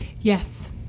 Yes